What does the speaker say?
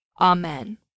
Amen